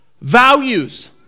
values